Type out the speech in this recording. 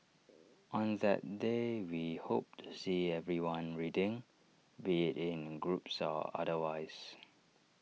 on that day we hope to see everyone reading be IT in groups or otherwise